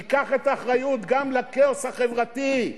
תיקח את האחריות גם לכאוס החברתי.